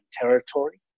territory